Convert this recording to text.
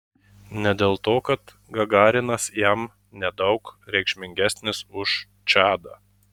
ne dėl to kad gagarinas jam nedaug reikšmingesnis už čadą